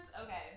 okay